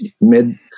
mid